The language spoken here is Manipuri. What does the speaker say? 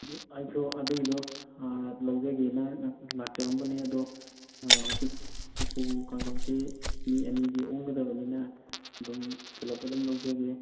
ꯑꯗꯣ ꯑꯩꯁꯨ ꯑꯗꯨꯒꯤꯗꯣ ꯂꯩꯖꯒꯦꯅ ꯂꯥꯛꯆꯔꯝꯕꯅꯦ ꯑꯗꯣ ꯍꯧꯖꯤꯛ ꯎꯄꯨ ꯀꯥꯡꯊꯣꯜꯁꯦ ꯃꯤ ꯑꯅꯤꯒ ꯑꯣꯡꯒꯗꯕꯅꯤꯅ ꯑꯗꯨꯝ ꯄꯨꯂꯞ ꯑꯗꯨꯝ ꯂꯧꯖꯒꯦ